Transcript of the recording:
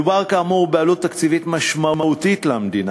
מדובר, כאמור, בעלות תקציבית משמעותית למדינה,